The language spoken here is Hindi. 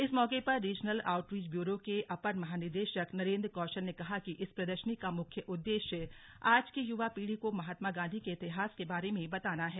इस मौके पर रीजनल आउटरीच ब्यरो के अपर महानिदेशक नरेन्द्र कौशल ने कहा कि इस प्रदर्शनी का मुख्य उदेश्य आज की युवा पीढ़ी को महात्मा गांधी के इतिहास के बारे में बताना है